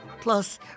plus